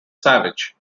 savage